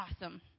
awesome